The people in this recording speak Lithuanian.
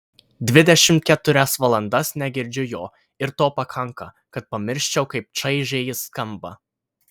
dvidešimt keturias valandas negirdžiu jo ir to pakanka kad pamirščiau kaip čaižiai jis skamba